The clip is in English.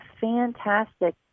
fantastic